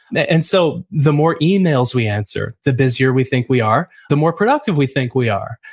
the and so the more emails we answer, the busier we think we are, the more productive we think we are.